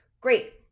great